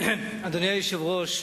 אדוני היושב-ראש,